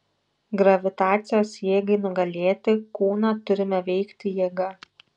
gravitacijos jėgai nugalėti kūną turime veikti jėga